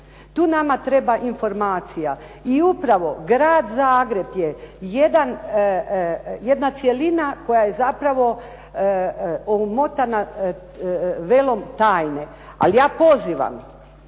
Tu nama treba informacija. I upravo grad Zagreb je jedna cjelina koja je zapravo omotana velom tajne. Ali ja pozivam